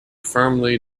firmly